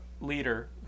leader